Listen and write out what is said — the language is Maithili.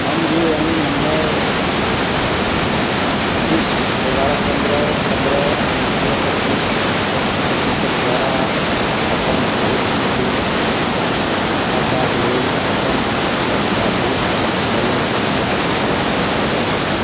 हम यू एन ए नम्बर छब्बीस एगारह पन्द्रह पन्द्रह अण्ठानबे पच्चीसक द्वारा अपन भविष्य निधि खाताक लेल अपन E P F passbook balance क जाँच करय चाहैत छी